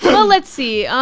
well let's see.